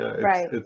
Right